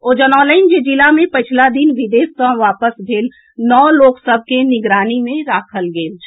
ओ जनौलनि जे जिला मे पछिला दिन विदेश सॅ वापस भेल नओ लोक सभ के निगरानी मे राखल गेल छल